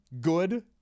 good